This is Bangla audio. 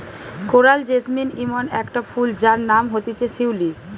কোরাল জেসমিন ইমন একটা ফুল যার নাম হতিছে শিউলি